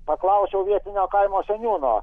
paklausiau vietinio kaimo seniūno